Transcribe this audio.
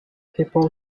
people